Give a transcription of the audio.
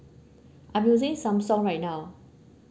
I'm using samsung right now